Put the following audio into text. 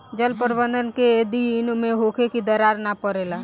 जल प्रबंधन केय दिन में होखे कि दरार न परेला?